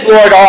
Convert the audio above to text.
Lord